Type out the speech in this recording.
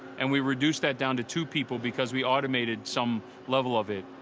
and we reduced that down to two people, because we automated some level of it,